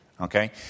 Okay